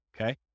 Okay